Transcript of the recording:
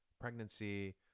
pregnancy